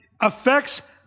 affects